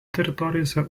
teritorijose